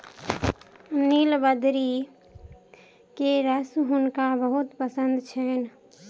नीलबदरी के रस हुनका बहुत पसंद छैन